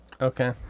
Okay